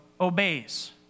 obeys